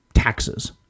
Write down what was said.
Taxes